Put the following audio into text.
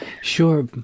Sure